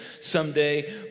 someday